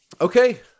Okay